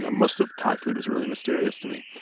ah most of thai food was really mysterious to me.